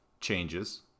changes